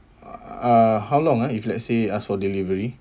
uh how long ah if let's say ask for delivery